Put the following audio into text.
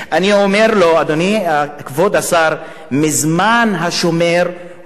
אני אומר לו: אדוני כבוד השר, מזמן השומר הוא